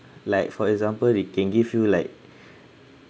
like for example they can give you like